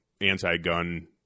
anti-gun